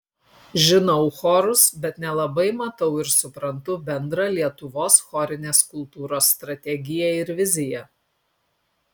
žinau chorus bet nelabai matau ir suprantu bendrą lietuvos chorinės kultūros strategiją ir viziją